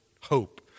hope